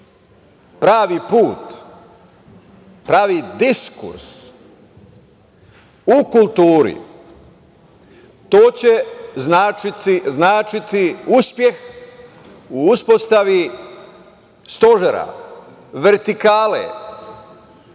pravi put, pravi diskurs u kulturi to će značiti uspeh u uspostavi stožera, vertikale,